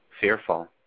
fearful